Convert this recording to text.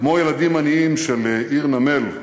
כמו ילדים עניים של עיר נמל,